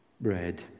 bread